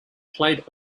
played